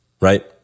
right